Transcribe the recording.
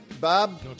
Bob